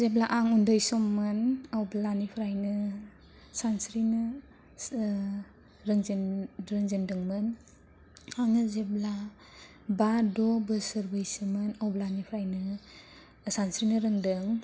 जेब्ला आं उन्दै सममोन अब्लानिफ्रायनो सानस्रिनो रोंजेनदोंमोन आङो जेब्ला बा द' बोसोर बाैसोमोन अब्लानिफ्रायनो सानस्रिनो रोंदों